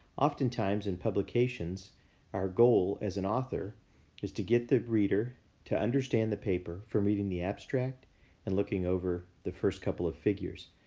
oftentimes, in publications our goal as an author is to get the reader to understand the paper from reading the abstract and looking over the first couple of figures.